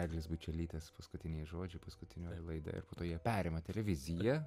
eglės bučelytės paskutiniai žodžiai paskutinioji laida ir po to jie perima televiziją